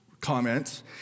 comments